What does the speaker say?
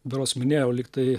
berods minėjau lyg tai